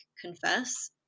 confess